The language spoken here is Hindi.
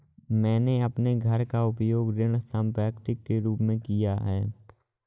मैंने अपने घर का उपयोग ऋण संपार्श्विक के रूप में किया है